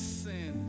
sin